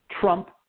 Trump